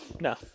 No